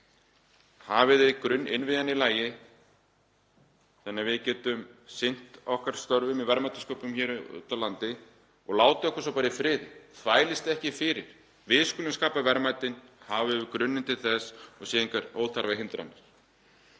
Hafið grunninnviðina í lagi þannig að við getum sinnt okkar störfum og verðmætasköpun úti á landi og látið okkur svo bara í friði, þvælist ekki fyrir. Við skulum skapa verðmætin ef við höfum grunninn til þess og það eru engar óþarfahindranir.